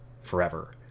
forever